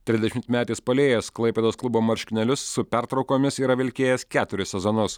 trisdešimtmetis puolėjas klaipėdos klubo marškinėlius su pertraukomis yra vilkėjęs keturis sezonus